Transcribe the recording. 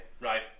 right